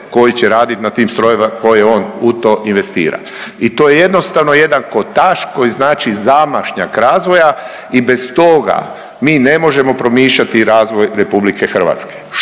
koji će raditi na tim strojevima koje on u to investira i to je jednostavno jedan kotač koji znači zamašnjak razvoja i bez toga mi ne možemo promišljati razvoj RH.